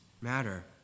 matter